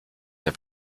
der